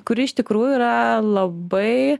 kuri iš tikrųjų yra labai